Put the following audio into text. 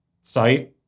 site